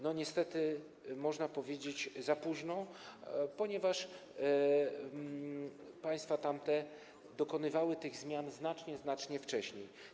Niestety, można powiedzieć, za późno, ponieważ tamte państwa dokonywały tych zmian znacznie, znacznie wcześniej.